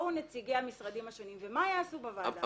יבואו נציגי המשרדים השונים ומה יעשו בוועדה?